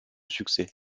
succès